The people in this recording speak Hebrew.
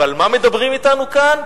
ועל מה מדברים אתנו כאן?